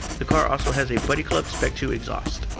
the car also has a buddy club spec two exhaust.